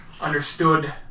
Understood